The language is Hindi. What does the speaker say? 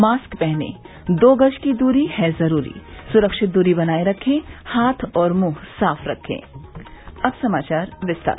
मास्क पहनें दो गज दूरी है जरूरी सुरक्षित दूरी बनाये रखें हाथ और मुंह साफ रखें और अब समाचार विस्तार से